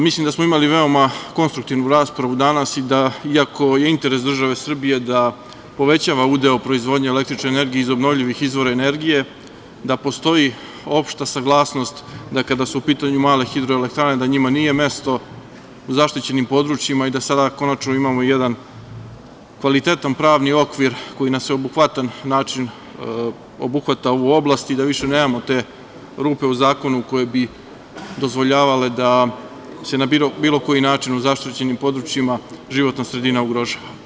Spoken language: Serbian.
Mislim da smo imali veoma konstruktivnu raspravu danas i da i ako je interes države Srbije da povećava udeo proizvodnje električne energije iz obnovljivih izvora energije da postoji opšta saglasnost da kada su u pitanju male hidroelektrane da njima nije mesto u zaštićenim područjima i da sada konačno imamo jedan kvalitetan pravni okvir koji na sveobuhvatan način obuhvata ovu oblast i da više nemamo te rupe u zakonu koje bi dozvoljavale da se na bilo koji način u zaštićenim područjima životna sredina ugrožava.